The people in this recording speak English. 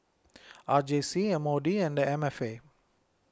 R J C M O D and M F A